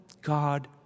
God